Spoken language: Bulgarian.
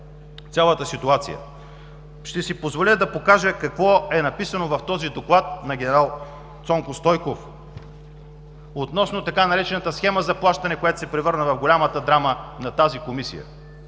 била ясна. Ще си позволя да покажа какво е написано в Доклада на генерал Цанко Стойков относно така наречената „схема за плащане“, която се превърна в голямата драма на тази Комисия.